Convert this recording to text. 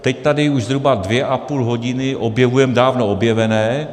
Teď tady už zhruba dvě a půl hodiny objevujeme dávno objevené.